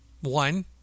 One